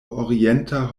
orienta